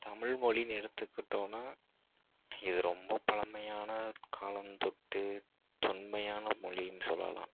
தமிழ் மொழின்னு எடுத்துக்கிட்டோம்னா இது ரொம்ப பழமையான காலம் தொட்டு தொன்மையான மொழின்னு சொல்லலாம்